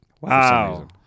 Wow